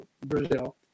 Brazil